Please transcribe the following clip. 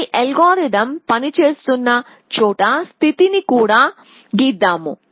ఈ అల్గోరిథం పని చేస్తున్న చోట స్థితిని కూడా గీద్దాము